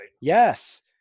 Yes